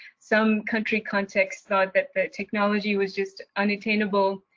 some country contacts thought that the technology was just unattainable.